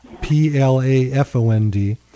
P-L-A-F-O-N-D